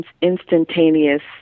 instantaneous